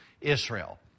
Israel